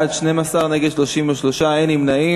בעד, 12, נגד 33, אין נמנעים.